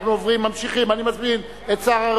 אני מאוד מודה לאדוני.